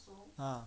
ah